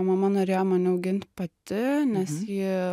mama norėjo mane augint pati nes ji